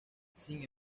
sin